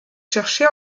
cherché